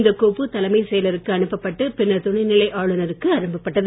இந்த கோப்பு தலைமைச் செயலருக்கு அனுப்பப்பட்டு பின்னர் துணைநிலை ஆளுநருக்கு அனுப்பப்பட்டது